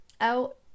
out